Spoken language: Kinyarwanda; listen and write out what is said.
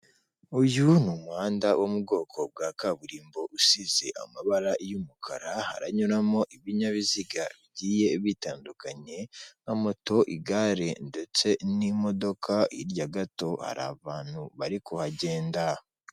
Uyu ni umuhanda wo mu bwoko bwa kaburimbo usize amabara y'umukara, haranyuramo ibinyabiziga bigiye bitandukanye: nka moto igare ndetse n'imodoka hirya gato hari abantu bari kuhagenda.